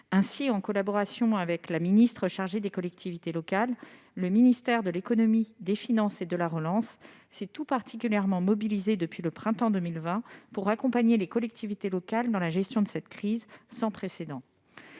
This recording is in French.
et des relations avec les collectivités territoriales, le ministère de l'économie, des finances et de la relance s'est tout particulièrement mobilisé, depuis le printemps 2020, pour accompagner les collectivités locales dans la gestion de cette crise sanitaire sans précédent.